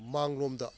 ꯃꯥꯡꯂꯣꯝꯗ